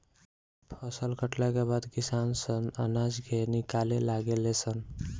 फसल कटला के बाद किसान सन अनाज के निकाले लागे ले सन